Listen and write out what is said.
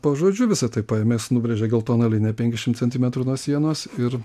pažodžiui visa tai paėmė jis nubrėžė geltoną liniją penkiasdešimt centimetrų nuo sienos ir